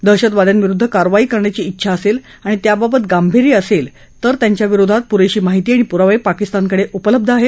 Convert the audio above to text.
दहशतवाद्यांविरुद्ध कारवाई करण्याची डेछा असेल आणि त्याबाबत गांर्भीय असेल तर त्यांच्या विरोधात पुरेशी माहिती आणि पुरावे पाकिस्तानकडे उपलब्ध आहेत